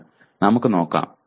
എന്നാൽ നമുക്ക് നോക്കാം